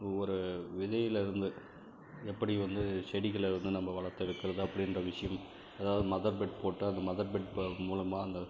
ஒரு வெளியில் இருந்து எப்படி வந்து செடிகளை வந்து நம்ம வளத்து எடுக்கிறது அப்படின்ற விஷயம் அதாவது மதர்பெட் போட்டால் அந்த மதர்பெட் மூலமா அந்த